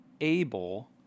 able